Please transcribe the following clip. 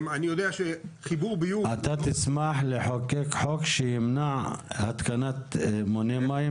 אני יודע שחיבור ביוב --- אתה תשמח לחוקק חוק שיימנע התקנת מונה מים